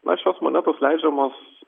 na šios monetos leidžiamos